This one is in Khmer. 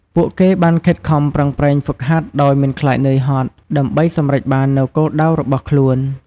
ពួកគេបានខិតខំប្រឹងប្រែងហ្វឹកហាត់ដោយមិនខ្លាចនឿយហត់ ដើម្បីសម្រេចបាននូវគោលដៅរបស់ខ្លួន។